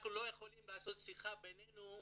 אנחנו לא יכולים לעשות שיחה בינינו,